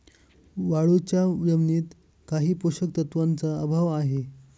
वाळूच्या जमिनीत काही पोषक तत्वांचा अभाव आहे